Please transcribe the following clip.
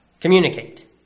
communicate